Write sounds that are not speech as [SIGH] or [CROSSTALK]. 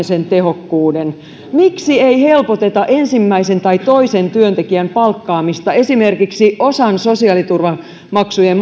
[UNINTELLIGIBLE] sen tehokkuuden miksei helpoteta ensimmäisen tai toisen työntekijän palkkaamista esimerkiksi maksamalla osa sosiaaliturvamaksuista [UNINTELLIGIBLE]